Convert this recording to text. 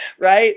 right